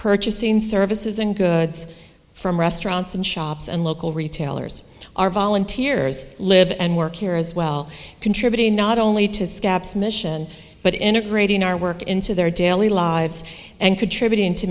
purchasing services and goods from restaurants and shops and local retailers are volunteers live and work here as well contributing not only to scabs mission but integrating our work into their daily lives and contributing to